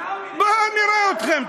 עיסאווי, בואו נראה אתכם.